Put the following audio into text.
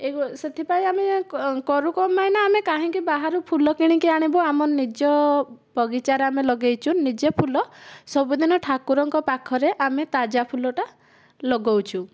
ଏହି ସେଥିପାଇଁ ଆମେ କରୁ କଣ ପାଇଁ ନା ଆମେ କାହିଁକି ବାହାରୁ ଫୁଲ କିଣିକି ଆଣିବୁ ଆମ ନିଜ ବଗିଚାରେ ଆମେ ଲଗାଇଛୁ ନିଜେ ଫୁଲ ସବୁଦିନ ଠାକୁରଙ୍କ ପାଖରେ ଆମେ ତାଜା ଫୁଲଟା ଲଗାଉଛୁ